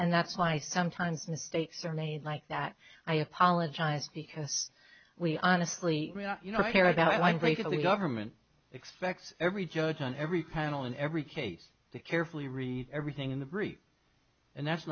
and that's why sometimes mistakes are made like that i apologize because we honestly you know i care about i'm breaking the government expects every judge on every panel in every case to carefully read everything in the brief and that's